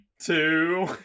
two